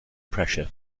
pressure